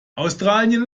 australien